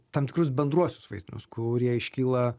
tam tikrus bendruosius vaizdinius kurie iškyla